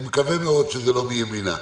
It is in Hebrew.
אני מקווה מאוד שזה לא מימינה.